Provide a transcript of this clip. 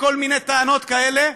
בכל מיני טענות כאלה,